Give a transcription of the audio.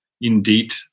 indeed